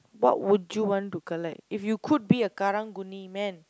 what would you want to collect if you could be a Karang-Guni man